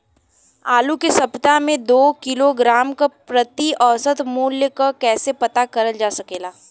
आलू के सप्ताह में दो किलोग्राम क प्रति औसत मूल्य क कैसे पता करल जा सकेला?